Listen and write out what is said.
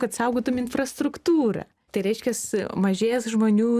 kad saugotum infrastruktūrą tai reiškias mažės žmonių